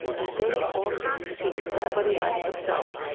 and they also seek somebody like themselves.